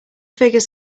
figure